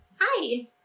Hi